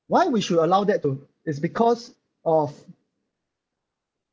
why we should allow that to is because of